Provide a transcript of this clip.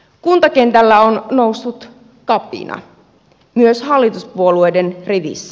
kuntakentällä on noussut kapina myös hallituspuolueiden rivissä